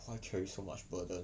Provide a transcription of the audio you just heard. why carry so much burden